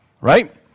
Right